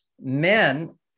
men